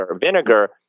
vinegar